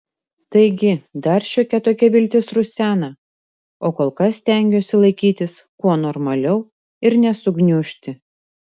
taigi dar šiokia tokia viltis rusena o kol kas stengiuosi laikytis kuo normaliau ir nesugniužti